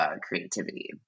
creativity